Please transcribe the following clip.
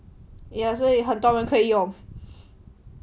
ya 所以很多人可以用